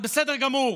זה בסדר גמור.